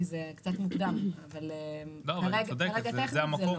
כי זה קצת מוקדם אבל כרגע טכנית זה,